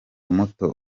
muto